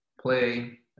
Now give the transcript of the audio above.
play